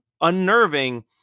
unnerving